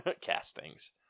castings